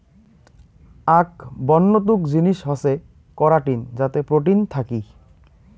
আক বন্য তুক জিনিস হসে করাটিন যাতে প্রোটিন থাকি